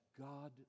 God